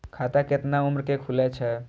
खाता केतना उम्र के खुले छै?